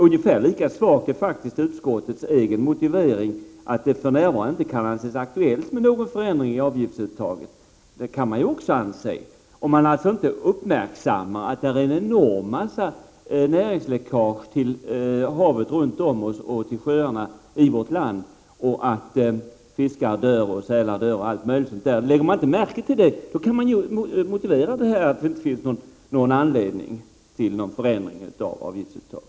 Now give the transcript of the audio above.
Ungefär lika svag är faktiskt utskottets egen motivering, nämligen att det för närvarande inte kan anses aktuellt med någon förändring av avgiftsuttaget. Det kan man i och för sig anse om man inte uppmärksammar att det förekommer en mängd näringsläckage till havet runt Sverige och till sjöarna i vårt land eller att fiskar och sälar dör etc. Lägger man inte märke till sådant här, kan man anföra som motivering att det inte finns någon anledning att åstadkomma en förändring av avgiftsuttaget.